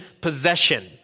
possession